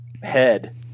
head –